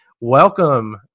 Welcome